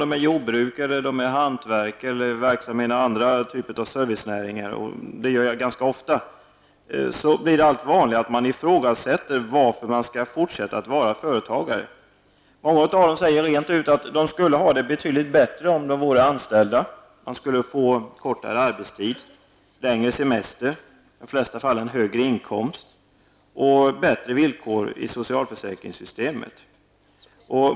De må vara jordbrukare, hantverkare eller verksamma i andra typer av servicenäringar, men det blir allt vanligare att de ifrågasätter varför de skall fortsätta att vara företagare. Många av dem säger rent ut att de skulle ha det betydligt bättre om de vore anställda. De skulle få kortare arbetstid, längre semester, i de flesta fallen högre inkomst och bättre villkor i socialförsäkringssystemet.